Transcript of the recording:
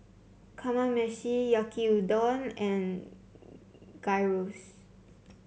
Kamameshi Yaki Udon and Gyros